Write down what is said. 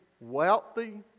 wealthy